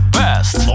best